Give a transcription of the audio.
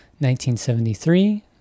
1973